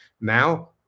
Now